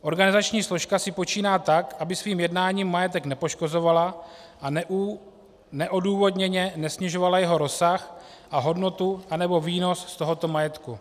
Organizační složka si počíná tak, aby svým jednání majetek nepoškozovala a neodůvodněně nesnižovala jeho rozsah a hodnotu anebo výnos z tohoto majetku.